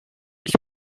ich